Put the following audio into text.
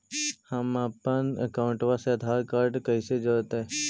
हमपन अकाउँटवा से आधार कार्ड से कइसे जोडैतै?